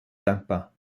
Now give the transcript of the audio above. dankbar